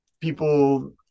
people